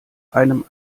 einem